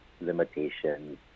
limitations